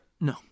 No